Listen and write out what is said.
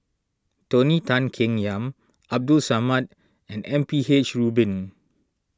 Tony Tan Keng Yam Abdul Samad and M P H Rubin